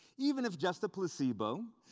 even if just a placebo,